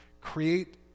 create